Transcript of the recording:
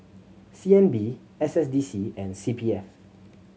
C N B S S D C and C P F